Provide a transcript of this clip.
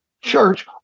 church